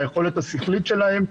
ביכולת השכלית שלהם,